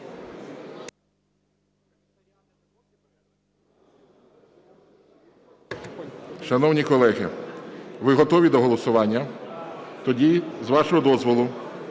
Шановні колеги, ви готові до голосування? Тоді, з вашого дозволу,